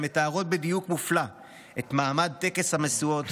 המתארות בדיוק מופלא את מעמד טקס המשואות,